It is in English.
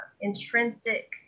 intrinsic